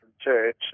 church